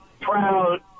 proud